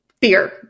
fear